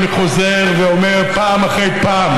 אני חוזר ואומר פעם אחרי פעם,